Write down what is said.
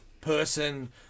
person